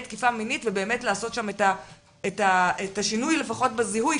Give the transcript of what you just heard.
תקיפה מינית ובאמת לעשות שם את השינוי לפחות בזיהוי?